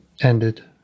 ended